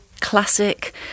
classic